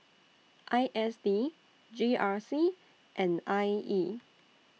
I S D G R C and I E